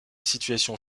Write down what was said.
situation